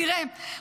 תראה,